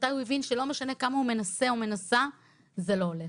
מתי הוא הבין שלא משנה כמה הוא מנסֶה או מנסָה זה לא הולך.